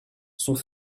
sont